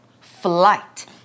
Flight